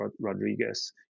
Rodriguez